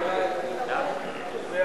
ההצעה להעביר את הצעת חוק שירותי הסעד (תיקון,